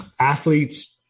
athletes